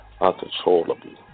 uncontrollably